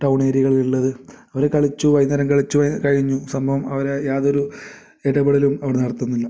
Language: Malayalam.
ടൗണേരിയകളിലുള്ളത് അവർ കളിച്ചു വൈകുന്നേരം കളിച്ചു കഴിഞ്ഞു സംഭവം അവർ യാതൊരു ഇടപെടലും അവിടെ നടത്തുന്നില്ല